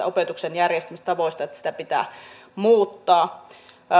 opetuksen järjestämistavoista että niitä pitää muuttaa